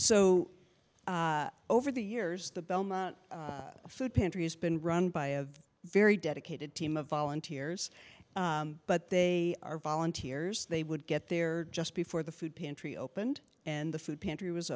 so over the years the belmont food pantry has been run by a very dedicated team of volunteers but they are volunteers they would get there just before the food pantry opened and the food pantry was